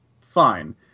fine